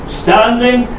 standing